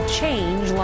change